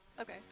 Okay